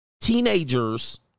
Teenagers